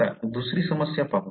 आता दुसरी समस्या पाहू